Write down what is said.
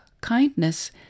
kindness